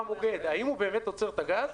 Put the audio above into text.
אני רוצה לדבר על בעייתיות בתחילת הסעיף.